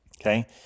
Okay